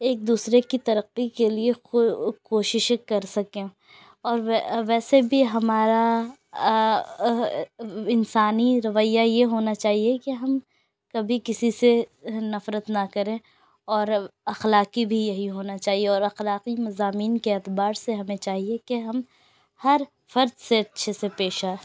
ایک دوسرے کی ترقی کے لیے کوششیں کر سکیں اور ویسے بھی ہمارا انسانی رویہ یہ ہونا چاہیے کہ ہم کبھی کسی سے نفرت نہ کریں اور اخلاقی بھی یہی ہونا چاہیے اور اخلاقی مضامین کے اعتبار سے ہمیں چاہیے کہ ہم ہر فرد سے اچھے سے پیش آئیں